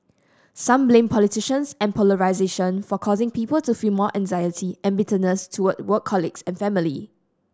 some blame politicians and polarisation for causing people to feel more anxiety and bitterness toward work colleagues and family